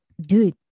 Dude